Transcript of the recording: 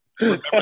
Remember